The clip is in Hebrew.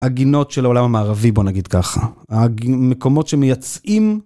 הגינות של העולם המערבי בוא נגיד ככה המקומות שמייצאים.